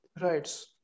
Right